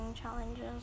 Challenges